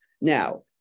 Now